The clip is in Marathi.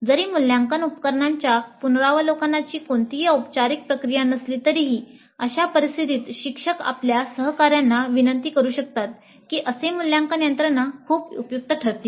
जरी मुल्यांकन उपकरणांच्या पुनरावलोकनाची कोणतीही औपचारिक प्रक्रिया नसली तरीही अशा परिस्थितीत शिक्षक आपल्या सहकार्यांना विनंती करू शकतात की असे मूल्यांकन यंत्रणा खूप उपयुक्त ठरतील